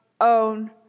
own